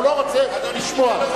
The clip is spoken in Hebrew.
הוא לא רוצה לשמוע.